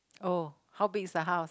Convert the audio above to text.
oh how big is the house